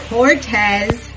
Cortez